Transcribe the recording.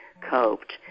coped